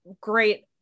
great